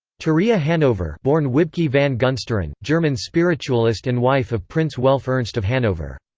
turiya hanover born wibke van gunsteren, german spiritualist and wife of prince welf ernst of hanover.